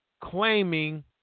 claiming